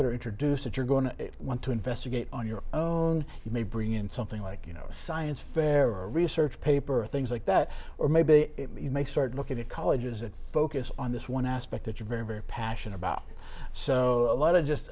that are introduced that you're going to want to investigate on your own you may bring in something like you know science fair or research paper or things like that or maybe you may start looking at colleges that focus on this one aspect that you're very very passionate about so a lot of just